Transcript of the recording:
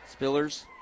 Spillers